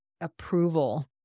approval